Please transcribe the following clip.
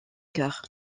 cœur